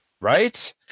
Right